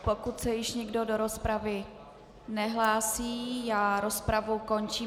Pokud se již nikdo do rozpravy nehlásí, rozpravu končím.